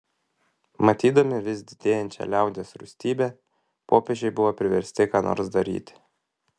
matydami vis didėjančią liaudies rūstybę popiežiai buvo priversti ką nors daryti